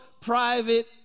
private